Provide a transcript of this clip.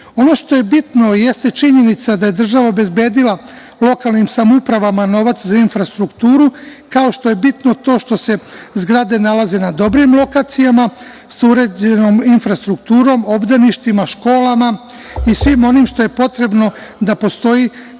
25%.Ono što je bitno i jeste činjenica, da je država obezbedila lokalnim samouprava novac za infrastrukturu, kao i što je bitno to da se zgrade nalaze na dobrim lokacijama, sa uređenom infrastrukturom, obdaništima, školama i svim onim što je potrebno da postoji